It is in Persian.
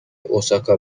اوساکا